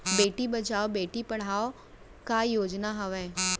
बेटी बचाओ बेटी पढ़ाओ का योजना हवे?